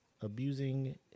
abusing